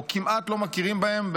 או כמעט לא מכירים בהם,